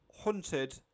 Hunted